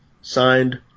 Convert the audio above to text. Signed